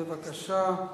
בבקשה.